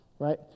Right